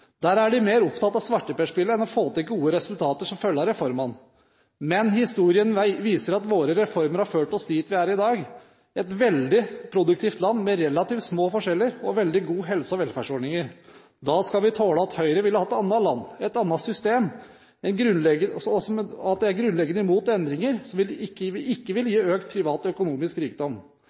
Der er de mer opptatt av svarteperspillet enn å få til gode resultater som følge av reformene. Men historien viser at våre reformer har ført oss dit vi er i dag – et veldig produktivt land, med relativt små forskjeller og veldig gode helse- og velferdsordninger. Da skal vi tåle at Høyre vil ha et annet land, et annet system, og at de er grunnleggende imot endringer, som ikke vil gi økt privat økonomisk rikdom.